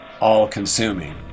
all-consuming